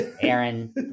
Aaron